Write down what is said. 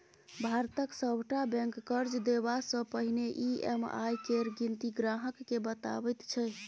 भारतक सभटा बैंक कर्ज देबासँ पहिने ई.एम.आई केर गिनती ग्राहकेँ बताबैत छै